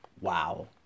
wow